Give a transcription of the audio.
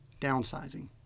downsizing